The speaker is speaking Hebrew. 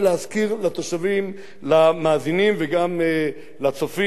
למאזינים וגם לצופים וגם לחברי הכנסת,